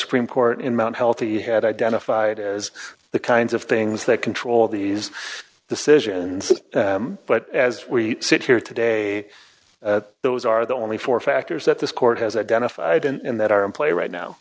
supreme court in mount healthy had identified as the kinds of things that control these decisions but as we sit here today those are the only four factors that this court has identified and that are in play right